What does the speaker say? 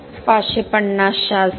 550 च्या आसपास